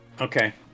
Okay